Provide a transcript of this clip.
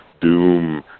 doom